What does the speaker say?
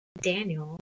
Daniel